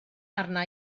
arna